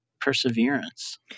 perseverance